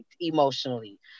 emotionally